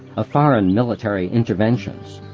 of foreign military interventions.